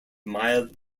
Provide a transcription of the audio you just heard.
mild